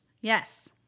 Yes